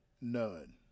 None